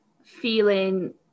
feeling